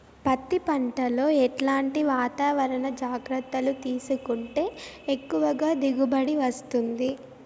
పత్తి పంట లో ఎట్లాంటి వాతావరణ జాగ్రత్తలు తీసుకుంటే ఎక్కువగా దిగుబడి వస్తుంది?